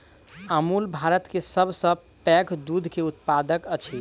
अमूल भारत के सभ सॅ पैघ दूध के उत्पादक अछि